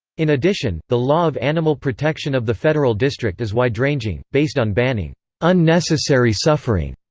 in addition, the law of animal protection of the federal district is wide-ranging, based on banning unnecessary suffering.